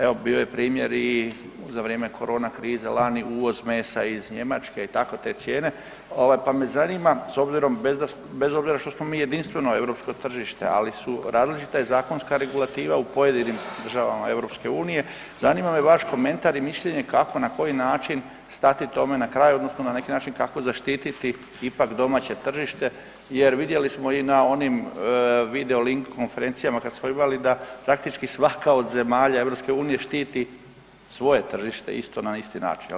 Evo bio primjer i za vrijeme korona krize lani uvoz mesa iz Njemačke i tako te cijene, pa me zanima s obzirom bez obzira što smo mi jedinstveno europsko tržište, ali je različita zakonska regulativa u pojedinim državama EU-a, zanima me vaš komentar i mišljenje kako i na koji način stati tome na kraj odnosno na neki način kako zaštititi ipak domaće tržište jer vidjeli smo i na onim video link konferencija kad smo imali, da praktički svaka od zemalja EU-a štiti svoje tržište isto na isto isti način, jel?